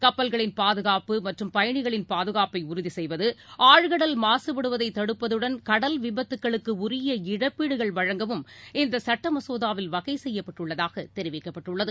கப்பல்களின் பாதுகாப்பு மற்றும் பயணிகளின் பாதுகாப்பை உறுதி செய்வது ஆழ்கடல் மாசுபடுவதை தடுப்பதுடன் கடல் விபத்துகளுக்கு உரிய இழப்பீடுகள் வழங்கவும் இந்த சுட்ட மசோதாவில் வகை செய்யப்பட்டுள்ளதாக தெரிவிக்கப்பட்டுள்ளது